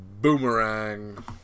Boomerang